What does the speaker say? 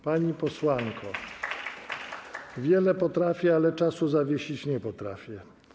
Pani posłanko, wiele potrafię, ale czasu zawiesić nie potrafię.